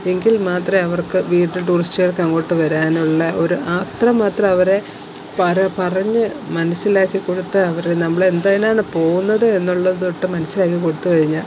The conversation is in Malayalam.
എങ്കിൽ മാത്രമേ അവർക്ക് വീണ്ടും ടൂറിസ്റ്റുകൾക്ക് അങ്ങോട്ട് വരാനുള്ള ഒരു അത്രമാത്രം അവരെ പറഞ്ഞ് മനസിലാക്കിക്കൊടുത്ത് അവരെ നമ്മൾ എന്തിനാണ് പോകുന്നത് എന്നുള്ളത് തൊട്ട് മനസിലാക്കിക്കൊടുത്തു കഴിഞ്ഞാല്